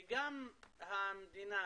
וגם המדינה,